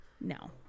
no